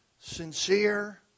sincere